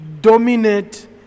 dominate